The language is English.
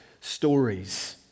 stories